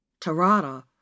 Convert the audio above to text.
Tarada